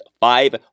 five